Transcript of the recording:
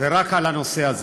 ורק בנושא הזה.